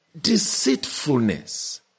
deceitfulness